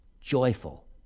joyful